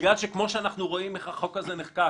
בגלל שכמו שאנחנו רואים איך החוק הזה נחקק,